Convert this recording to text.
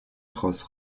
crosse